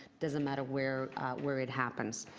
doesn't matter where where it happens.